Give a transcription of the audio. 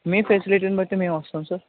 మీ ఫెసిలిటీని బట్టి మేము వస్తాము సార్